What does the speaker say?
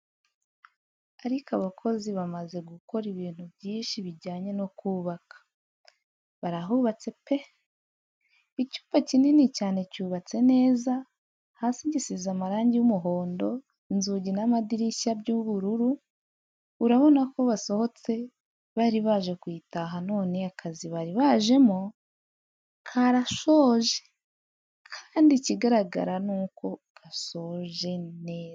Ariko aba bakozi bamaze gukora ibintu byinshi bijyanye no kubaka, barahubatse pe! Icyumba kinini cyane cyubatse neza, hasi gisize amarangi y'umuhondo, inzugi n'amadirishya by'ubururu, urabona ko basohotse bari baje kuyitaha none akazi bari bajemo karashoje kandi ikigaragara nuko gashoje neza.